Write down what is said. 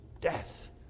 death